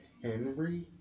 Henry